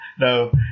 No